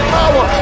power